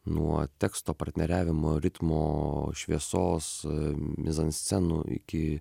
nuo teksto partneriavimo ritmo šviesos mizanscenų iki